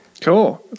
Cool